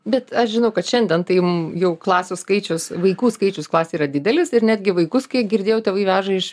bet aš žinau kad šiandien tai jau klasių skaičius vaikų skaičius klasėj yra didelis ir netgi vaikus kiek girdėjau tėvai veža iš